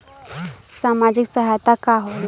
सामाजिक सहायता का होला?